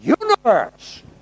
universe